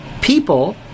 people